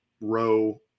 row